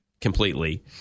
completely